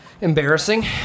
embarrassing